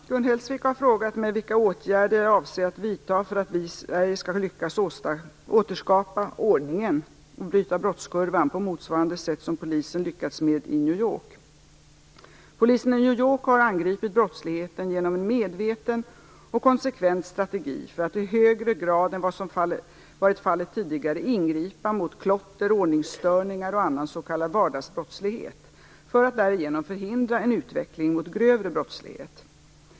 Gun Hellsvik har frågat mig vilka åtgärder jag avser att vidta för att vi i Sverige skall lyckas återskapa ordningen och bryta brottskurvan på motsvarande sätt som polisen lyckats med i New Polisen i New York har angripit brottsligheten genom en medveten och konsekvent strategi för att i högre grad än vad som varit fallet tidigare ingripa mot klotter, ordningsstörningar och annan s.k. vardagsbrottslighet för att därigenom förhindra en utveckling mot grövre brottslighet.